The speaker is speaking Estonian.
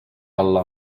alla